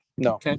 No